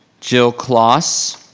jill kloss.